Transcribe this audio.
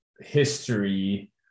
history